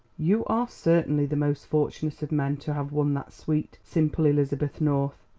you are certainly the most fortunate of men to have won that sweet, simple elizabeth north!